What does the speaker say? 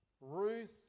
Ruth